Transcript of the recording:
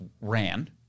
ran